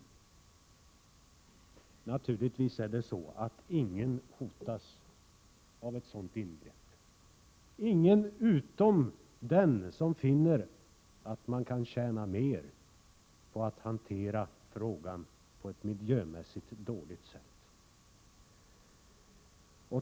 Det är naturligtvis ingen som hotas av ett sådant ingrepp — ingen utom den som finner att man kan tjäna mer på att hantera frågan på ett miljömässigt dåligt sätt.